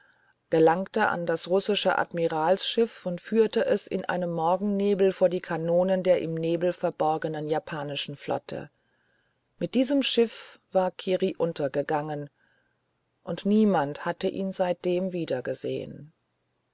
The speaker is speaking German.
gelangte an das russische admiralsschiff und führt es in einem morgennebel vor die kanonen der im nebel verborgenen japanischen flotte mit diesem schiff war kiri untergegangen und niemand hatte ihn seitdem wiedergesehen